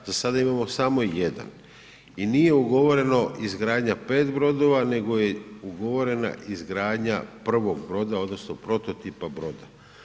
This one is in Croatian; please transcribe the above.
Za sada imamo samo 1 i nije ugovoreno izgradnja 5 brodova nego je ugovorena izgradnja prvog broda odnosno prototipa broda.